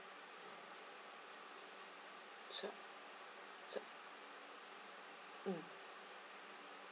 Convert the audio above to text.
sure sure mm